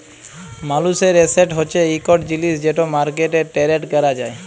মালুসের এসেট হছে ইকট জিলিস যেট মার্কেটে টেরেড ক্যরা যায়